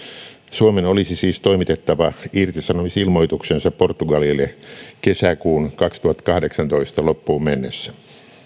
suomen olisi siis toimitettava irtisanomisilmoituksensa portugalille kesäkuun kaksituhattakahdeksantoista loppuun mennessä